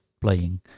playing